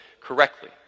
correctly